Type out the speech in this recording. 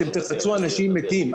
אתם תפצו אנשים מתים,